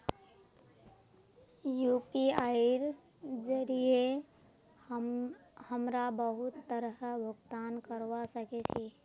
यूपीआईर जरिये हमरा बहुत तरहर भुगतान करवा सके छी